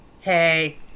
hey